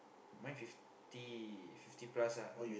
mine fifty fifty plus ah